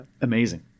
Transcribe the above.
Amazing